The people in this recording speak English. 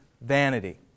vanity